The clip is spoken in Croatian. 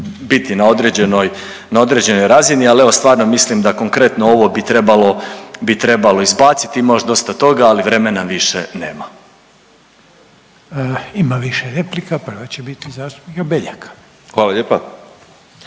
biti na određenoj razini, ali evo stvarno mislim da konkretno ovo bi trebalo izbaciti, ima još dosta toga, ali vremena više nema. **Reiner, Željko (HDZ)** Ima više replika, prva će biti zastupnika Beljaka. **Beljak,